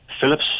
Phillips